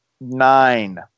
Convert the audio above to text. nine